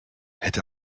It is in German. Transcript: hätte